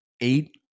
eight